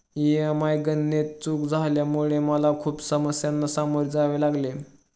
EMI गणनेत चूक झाल्यामुळे मला खूप समस्यांना सामोरे जावे लागले